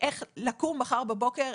איך לקום מחר בבוקר,